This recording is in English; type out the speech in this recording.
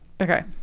Okay